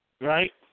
right